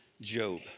Job